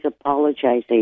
apologizing